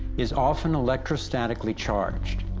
is often electrostatically charged.